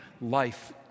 life